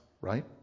right